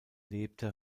lebte